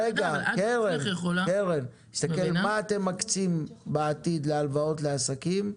מה אתם מקצים בעתיד הלוואות לעסקים,